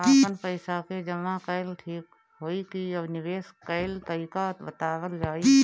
आपन पइसा के जमा कइल ठीक होई की निवेस कइल तइका बतावल जाई?